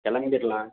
கிளம்பிரலாம்